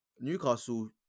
Newcastle